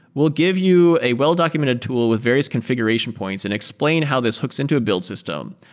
we'll give you a well-documented tool with various configuration points and explain how this hooks into a build system.